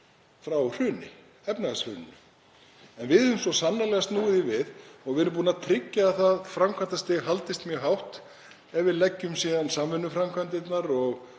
frá efnahagshruninu. En við höfum svo sannarlega snúið því við og við erum búnir að tryggja að það framkvæmdastig haldist mjög hátt. Ef við leggjum síðan samvinnuframkvæmdirnar,